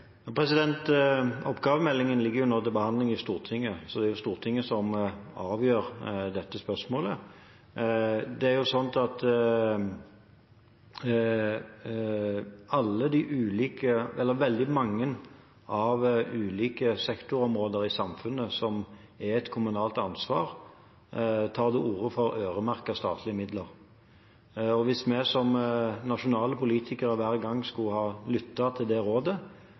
Oppgavemeldingen ligger nå til behandling i Stortinget, så det er Stortinget som avgjør dette spørsmålet. Veldig mange av de ulike sektorområder i samfunnet som er kommunale ansvar, tar til orde for øremerkede statlige midler. Hvis vi som nasjonale politikere hver gang skulle ha lyttet til det rådet,